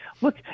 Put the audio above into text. look